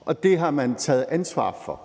og det har man taget ansvar for.